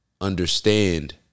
understand